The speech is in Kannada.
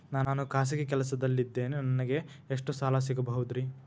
ನಾನು ಖಾಸಗಿ ಕೆಲಸದಲ್ಲಿದ್ದೇನೆ ನನಗೆ ಎಷ್ಟು ಸಾಲ ಸಿಗಬಹುದ್ರಿ?